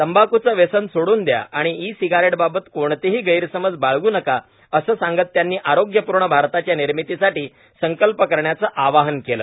तंबाखूचं व्यसन सोडून दया आणि ई सिगारेटबाबत कोणतेही गैरसमज बाळगू नका असं सांगत त्यांनी आरोग्यपूर्ण भारताच्या निर्मितीसाठी संकल्प करण्याचं आवाहन केलं